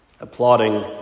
applauding